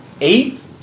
Eight